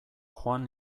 joan